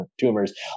tumors